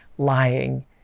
lying